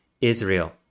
Israel